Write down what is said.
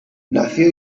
nació